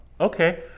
Okay